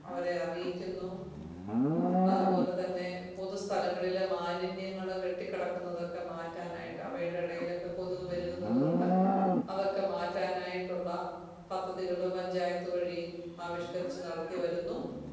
അവരെ അറിയിക്കുന്നു അതുപോലെ തന്നെ പൊതുസ്ഥലങ്ങളിൽ മാലിന്യങ്ങൾ കെട്ടി കിടക്കുന്നതൊക്കെ മാറ്റാനായിട്ട് അവയുടെ ഇടയിലൊക്കെ കൊതുക് പെരുകുന്നതു കൊണ്ട് അതൊക്കെ മാറ്റാനായിട്ടുള്ള പദ്ധതികൾ പഞ്ചായത്ത് വഴി ആവിഷ്ക്കരിച്ചു നടത്തി വരുന്നു